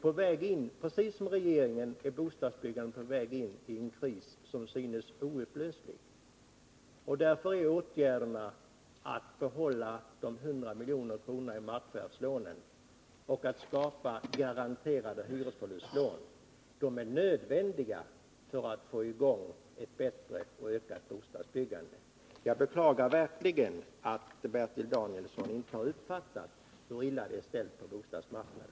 Precis som regeringen är bostadsbyggandet på väg in i en kris som synes olöslig, och därför är åtgärderna att behålla dessa 100 milj.kr. i markförvärvslån och att skapa garanterade hyresförlustlån nödvändiga för att man skall få i gång ett bättre och ett ökat bostadsbyggande. Jag beklagar verkligen att Bertil Danielsson inte har uppfattat hur illa det är ställt på bostadsmarknaden.